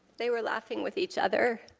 they were laughing with each other.